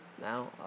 Now